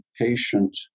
patient